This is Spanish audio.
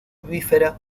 bífera